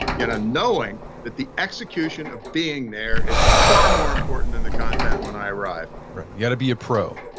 you know, knowing the execution of being there is far more important than the content when i arrive right. you got to be a pro.